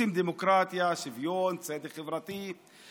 רוצים דמוקרטיה, שוויון, צדק חברתי.